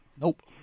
Nope